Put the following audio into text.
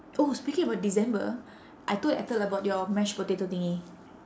oh speaking about december I told ethel about your mashed potato thingy